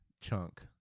chunk